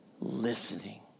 listening